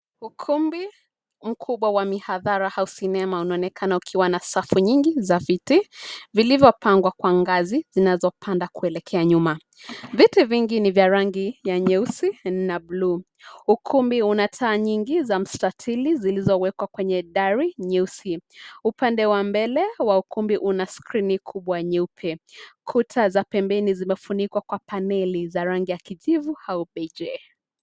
Ukumbi, mkubwa wa mihadhara au sinema unaonekana ukiwa na safu nyingi za viti, vilivyopangwa kwa ngazi zinazopanda kuelekea nyuma, viti vingi ni vya rangi ya nyeusi na bluu, ukumbi una taa nyingi za mstatili zilizowekwa kwenye dari nyeusi, upande wa mbele wa ukumbi una skrini kubwa nyeupe, kuta za pembeni zimefunikwa kwa paneli za rangi ya kijivu au beigi.